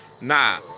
Nah